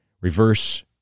reverse